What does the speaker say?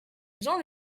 jean